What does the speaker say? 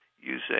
using